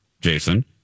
Jason